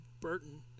Burton